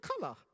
color